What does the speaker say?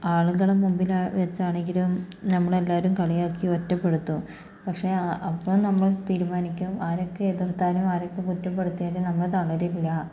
ആളുകളുടെ മുമ്പിൽ വെച്ചാണെങ്കിലും നമ്മളെ എല്ലാവരും കളിയാക്കി ഒറ്റപ്പെടുത്തും പക്ഷെ അപ്പോൾ നമ്മൾ തീരുമാനിക്കും ആരൊക്കെ എതിർത്താലും ആരൊക്കെ കുറ്റപ്പെടുത്തിയാലും നമ്മൾ തളരില്ല